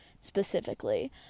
specifically